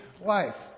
life